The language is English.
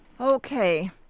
Okay